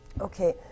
Okay